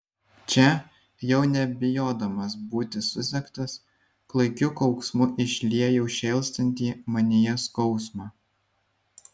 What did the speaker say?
čia jau nebijodamas būti susektas klaikiu kauksmu išliejau šėlstantį manyje skausmą